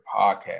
podcast